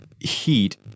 heat